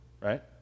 Right